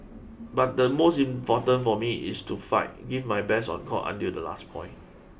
but the most important for me it's to fight give my best on court until the last point